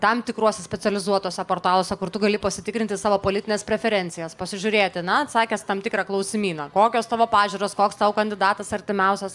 tam tikruose specializuotuose portaluose kur tu gali pasitikrinti savo politines preferencijas pasižiūrėti na atsakęs į tam tikrą klausimyną kokios tavo pažiūros koks tau kandidatas artimiausias